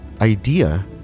idea